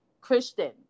Christian